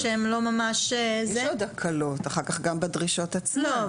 יש עוד הקלות אחר-כך גם בדרישות עצמן.